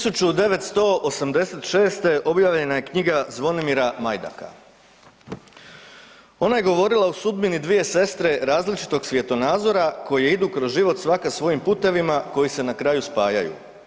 1986. objavljena je knjiga Zvonimira Majdaka, ona je govorila o sudbini dvije sestre različitog svjetonazora koje idu kroz život svaka svojim putevima koji se na kraju spajaju.